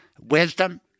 wisdom